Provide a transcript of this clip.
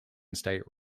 state